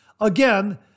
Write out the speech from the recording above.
again